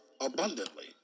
abundantly